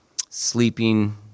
sleeping